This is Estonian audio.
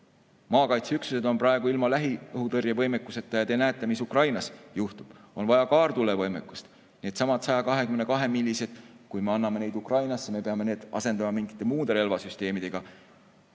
Maakaitse üksused on praegu ilma lähiõhutõrje võimekuseta ja te näete, mis Ukrainas juhtub. On vaja kaartule võimekust. Needsamad 122-millimeetrist – kui me anname neid Ukrainasse, peame need asendama mingite muude relvasüsteemidega.